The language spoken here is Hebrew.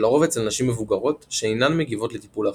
ולרוב אצל נשים מבוגרות שאינן מגיבות לטיפול אחר.